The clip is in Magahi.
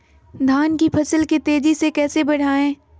धान की फसल के तेजी से कैसे बढ़ाएं?